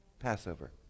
Passover